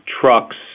trucks